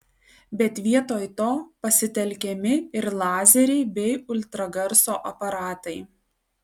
bet vietoj to pasitelkiami ir lazeriai bei ultragarso aparatai